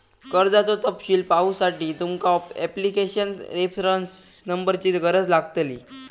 कर्जाचो तपशील पाहुसाठी तुमका ॲप्लीकेशन रेफरंस नंबरची गरज लागतली